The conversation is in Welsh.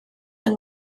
yng